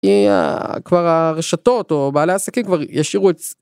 ‫היא כבר הרשתות ‫או בעלי העסקים כבר ישירו את זה.